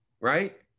Right